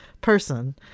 person